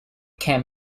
can